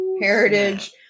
Heritage